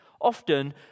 Often